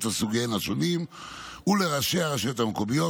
על סוגיהן השונים ולראשי הרשויות המקומיות,